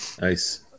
nice